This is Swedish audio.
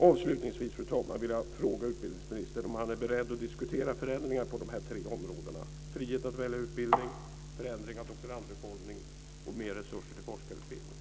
Avslutningsvis, fru talman, vill jag fråga utbildningsministern om han är beredd att diskutera förändringar på dessa tre områden - frihet att välja utbildning, förändring av doktorandreformen och mer resurser till forskarutbildningen.